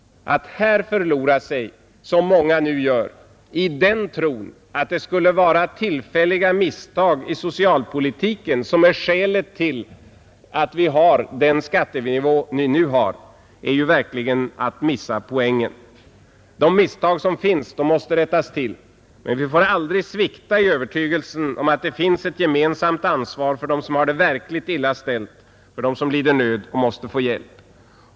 Att här förlora sig, som många nu gör, i den tron att det skulle vara tillfälliga misstag i socialpolitiken som är skälet till att vi har den nuvarande skattenivån är verkligen att missa poängen. De misstag som gjorts måste rättas till, men vi får aldrig svikta i övertygelsen om att det finns ett gemensamt ansvar för dem som har det verkligt illa ställt, för dem som lider nöd och måste få hjälp.